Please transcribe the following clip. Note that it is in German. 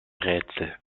rätsel